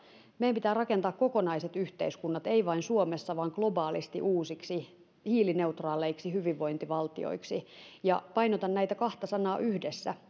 meidän pitää rakentaa kokonaiset yhteiskunnat ei vain suomessa vaan globaalisti uusiksi hiilineutraaleiksi hyvinvointivaltioiksi ja painotan näitä kahta sanaa yhdessä